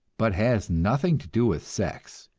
but has nothing to do with sex,